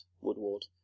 Woodward